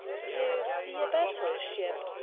you see a battle-ship?